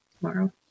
tomorrow